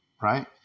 right